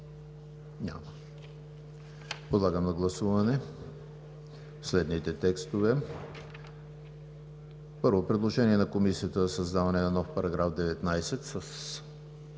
Няма. Подлагам на гласуване следните текстове: първо, предложение на Комисията за създаване на нов § 19 с